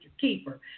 keeper